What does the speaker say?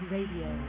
Radio